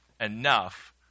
enough